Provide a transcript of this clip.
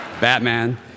Batman